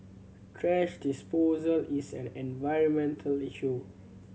thrash disposal is an environmental issue